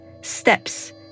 steps